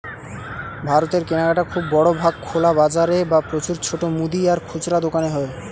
ভারতের কেনাকাটা খুব বড় ভাগ খোলা বাজারে বা প্রচুর ছোট মুদি আর খুচরা দোকানে হয়